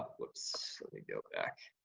whoops, let me go back.